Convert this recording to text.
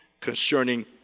concerning